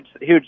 huge